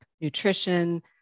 nutrition